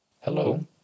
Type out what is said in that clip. Hello